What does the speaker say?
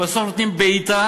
בסוף נותנים בעיטה,